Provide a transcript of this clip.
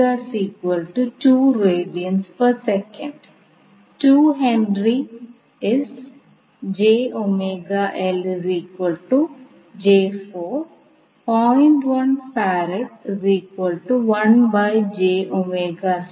ആദ്യം നമുക്ക് ഈ മെട്രിക്സ് ഇൻറെ ഡിറ്റർമനൻറ്റ് എടുക്കാം